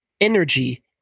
energy